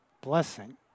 blessing